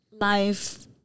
Life